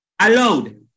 allowed